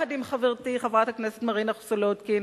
יחד עם חברתי חברת הכנסת מרינה סולודקין